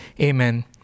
amen